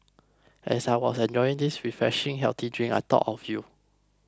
as I was enjoying this refreshing healthy drink I thought of you